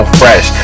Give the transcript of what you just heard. fresh